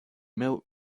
milk